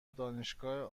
دانشگاه